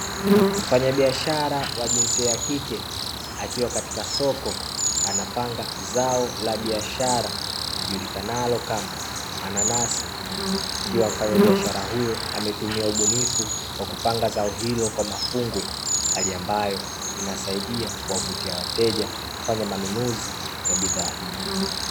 Mfanyabiashara wa jinsia ya kike akiwa katika soko, anapanga zao la biashara lijulikanalo kama mananasi. Ikiwa mfanyabiashara huyo ametumia ubunifu kwa kupanga zao hilo kwa mafungu, hali ambayo inasaidia kuwavutia wateja kufanya manunuzi ya bidhaa hiyo.